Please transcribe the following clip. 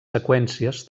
seqüències